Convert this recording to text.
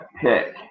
pick